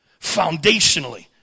foundationally